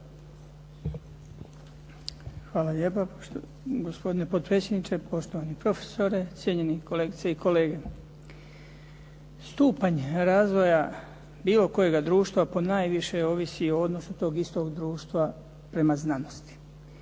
Hvala lijepa gospodine potpredsjedniče, poštovani profesore, cijenjeni kolegice i kolege. Stupanj razvoja bilo kojega društva ponajviše ovisi o odnosu tog istog društva prema znanosti.